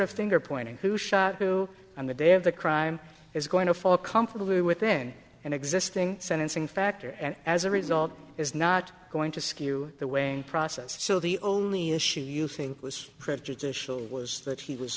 thing or pointing who shot who on the day of the crime is going to fall comfortably within an existing sentencing factor and as a result is not going to skew the way process so the only issue you think was prejudicial was that he was